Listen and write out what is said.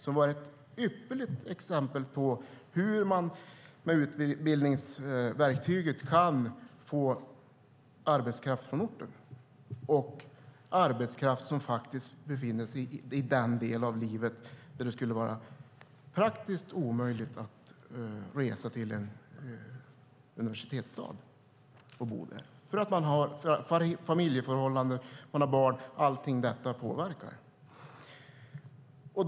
Det är ett ypperligt exempel på hur man med utbildningsverktyget kan få arbetskraft från orten, och arbetskraft som befinner sig i den delen av livet att det skulle vara praktiskt omöjligt att resa till en universitetsstad och bo där därför att man har familj och barn. Allt detta påverkar.